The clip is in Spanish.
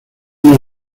una